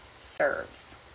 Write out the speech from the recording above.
serves